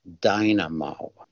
dynamo